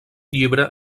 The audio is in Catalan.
llibre